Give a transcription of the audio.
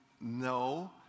no